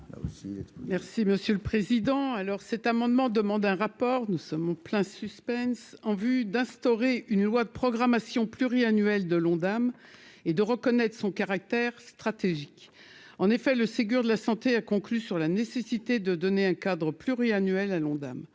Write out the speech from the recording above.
Merci Monsieur le Président, alors cet amendement demande un rapport, nous sommes en plein suspense en vue d'instaurer une loi de programmation pluri-annuel de l'Ondam et de reconnaître son caractère stratégique en effet le Ségur de la santé a conclu sur la nécessité de donner un cadre. Pluriannuel à l'Ondam,